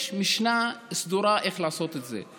יש משנה סדורה איך לעשות את זה.